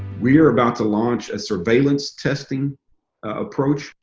we are about to launch a surveillance testing approach.